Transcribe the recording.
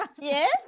Yes